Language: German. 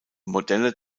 modelle